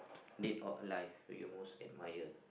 dead or alive do you most admire